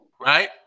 Right